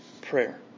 prayer